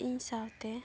ᱤᱧ ᱥᱟᱶᱛᱮ